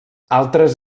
altres